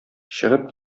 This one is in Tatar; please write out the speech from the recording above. чыгып